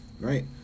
right